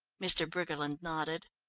mr. briggerland nodded.